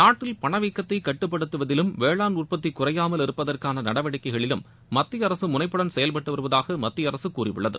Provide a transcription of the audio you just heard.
நாட்டில் பணவீக்கத்தை கட்டுப்படுத்துவதிலும் வேளாண் உற்பத்தி குறையாமல் இருப்பதற்கான நடவடிக்கைகளிலும் மத்திய அரசு முனைப்புடன் செயல்பட்டு வருவதாக மத்திய அரசு கூறியுள்ளது